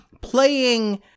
playing